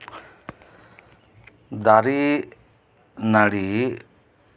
ᱫᱟᱨᱮ ᱱᱟᱹᱲᱤ